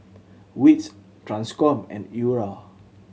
wits Transcom and URA